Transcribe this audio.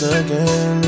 again